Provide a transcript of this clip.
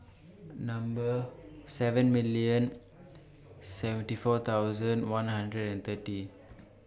Number seven million seventy four thousand one hundred and thirty